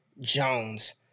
Jones